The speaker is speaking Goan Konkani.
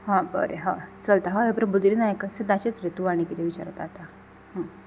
हा बरें हय चलता हय हय प्रबोदिनी नायक सदांचेंच रे तूं आनी किदें विचारता आतां